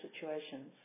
situations